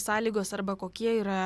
sąlygos arba kokie yra